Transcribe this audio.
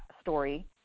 story